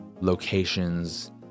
locations